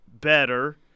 better